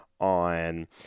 on